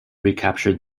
recaptured